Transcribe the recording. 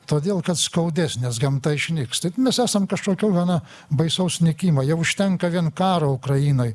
todėl kad skaudės nes gamta išnyks taip mes esam kažkokioj gana baisaus nykimo jau užtenka vien karo ukrainoj